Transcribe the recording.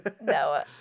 No